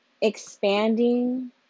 expanding